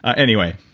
anyway.